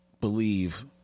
believe